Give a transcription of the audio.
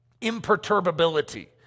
imperturbability